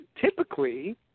typically